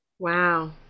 Wow